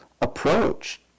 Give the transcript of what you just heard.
approach